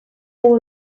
all